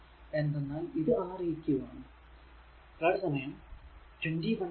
എന്തെന്നാൽ ഇത് R eq ആണ്